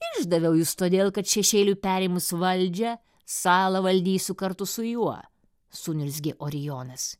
išdaviau jus todėl kad šešėliui perėmus valdžią salą valdysiu kartu su juo suniurzgė orijonas